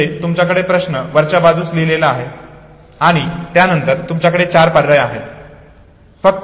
म्हणजे तुमच्याकडे प्रश्न वरच्या बाजूस लिहिलेला आहे आणि त्यानंतर तुमच्याकडे चार पर्याय आहेत